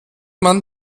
man